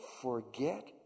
forget